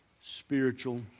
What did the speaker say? spiritual